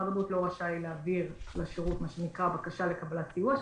משרד הבריאות לא רשאי להעביר לשירות בקשה לקבלת סיוע,